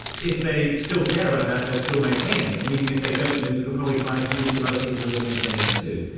if they still care about that they will still maintain it, and even if they don't you can probably find a community of other people who are maintaining it too.